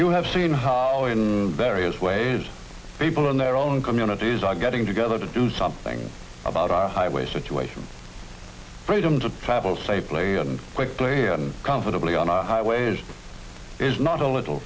you have seen how various ways people in their own communities are getting together to do something about our highway situation freedom to travel safely and quickly and comfortably on our highways is not a little